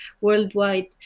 worldwide